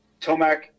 Tomac